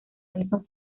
nelson